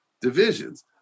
divisions